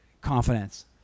confidence